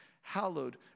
hallowed